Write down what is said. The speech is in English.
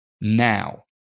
now